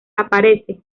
aparece